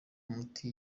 umuti